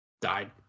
died